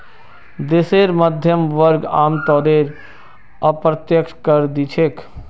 देशेर मध्यम वर्ग आमतौरत अप्रत्यक्ष कर दि छेक